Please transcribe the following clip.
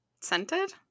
scented